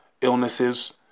illnesses